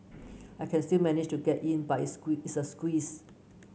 I can still manage to get in but it's it's a squeeze